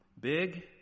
big